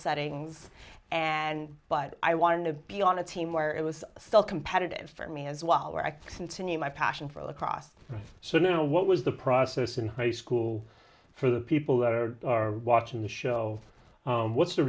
settings and but i wanted to be on a team where it was still competitive for me as well where i continue my passion for cross so i know what was the process in high school for the people who are watching the show what's the